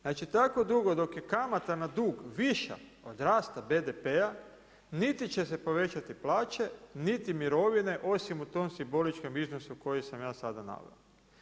Znači, tako dugo dok je kamata na dug viša od rasta BDP-a niti će se povećati plaće, niti mirovine osim u tom simboličnom iznosu koji sam ja sada naveo.